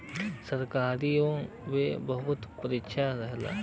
सरकारीओ मे बहुत परीक्षा रहल